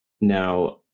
Now